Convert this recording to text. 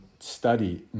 study